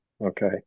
okay